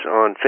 on